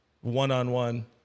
one-on-one